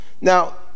Now